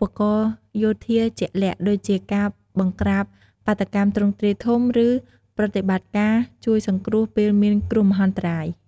បករណ៍យោធាជាក់លាក់ ដូចជាការបង្ក្រាបបាតុកម្មទ្រង់ទ្រាយធំ ឬប្រតិបត្តិការជួយសង្គ្រោះពេលមានគ្រោះមហន្តរាយ។